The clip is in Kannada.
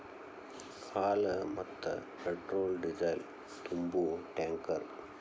ಹಾಲ, ಮತ್ತ ಪೆಟ್ರೋಲ್ ಡಿಸೇಲ್ ತುಂಬು ಟ್ಯಾಂಕರ್